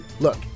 Look